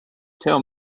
tell